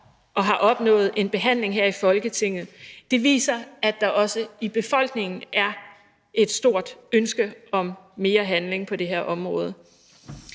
og har opnået en behandling her i Folketinget. Det viser, at der også i befolkningen er et stort ønske om mere handling på det her område.